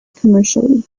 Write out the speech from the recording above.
commercially